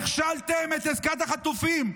הכשלתם את עסקת החטופים.